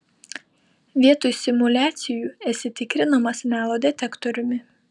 vietoj simuliacijų esi tikrinamas melo detektoriumi